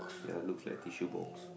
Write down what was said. ya it looks like tissue box